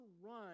run